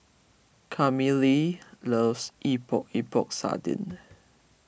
Camille loves Epok Epok Sardin